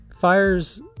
fires